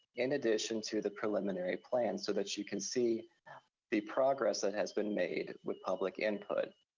in addition to the preliminary plan, so that you can see the progress that has been made with public input.